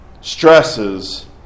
stresses